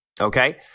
Okay